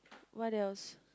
what else